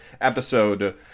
episode